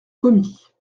commis